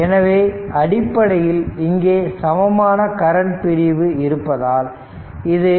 எனவே அடிப்படையில் இங்கே சமமான கரண்ட் பிரிவு இருப்பதால் இது 1